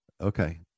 Okay